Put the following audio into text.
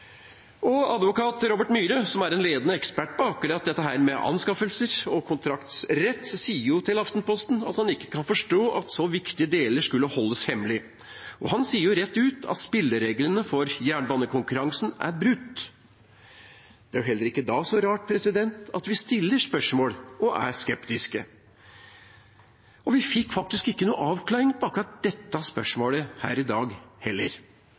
Sørlandsbanen. Advokat Robert Myhre, som er en ledende ekspert på akkurat dette med anskaffelser og kontraktsrett, sier til Aftenposten at han ikke kan forstå at så viktige deler skulle holdes hemmelig, og han sier rett ut at spillereglene for jernbanekonkurransen er brutt. Det er jo heller ikke da så rart at vi stiller spørsmål og er skeptiske, og vi fikk faktisk ikke noen avklaring på akkurat dette spørsmålet her i dag heller.